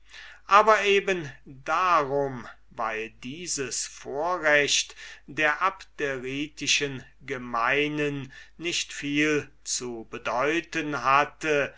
aber eben darum weil dieses vorrecht der abderitischen gemeinen nicht sehr viel zu bedeuten hatte